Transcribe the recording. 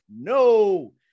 No